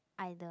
either